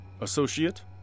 Associate